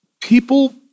people